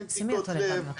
אין בדיקות לב,